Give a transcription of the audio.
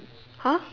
!huh!